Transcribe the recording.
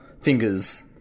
Fingers